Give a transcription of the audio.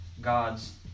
God's